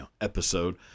episode